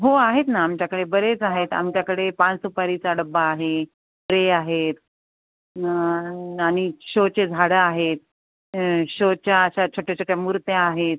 हो आहेत ना आमच्याकडे बरेच आहेत आमच्याकडे पाच सुुपारीचा डब्बा आहे ट्रे आहेत आणि शो चे झाडं आहेत शो च्या अशा छोट्या छोट्या मूर्त्या आहेत